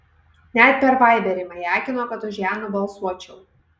net per vaiberį majakino kad už ją nubalsuočiau